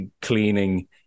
cleaning